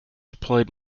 deployed